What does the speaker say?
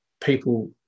people